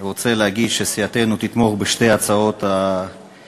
רוצה להגיד שסיעתנו תתמוך כמובן בשתי הצעות אי-אמון,